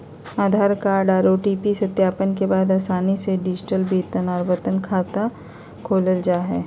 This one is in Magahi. आधार कार्ड आर ओ.टी.पी सत्यापन के बाद आसानी से डिजिटल वेतन आर बचत खाता खोलल जा हय